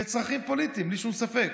אלו צרכים פוליטיים, בלי שום ספק.